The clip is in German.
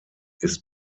ist